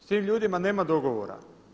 S tim ljudima nema dogovora.